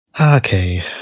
Okay